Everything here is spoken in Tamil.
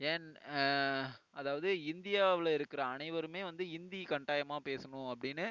ஏன் அதாவது இந்தியாவில் இருக்கிற அனைவரும் வந்து இந்தி கட்டாயமாக பேசணும் அப்படின்னு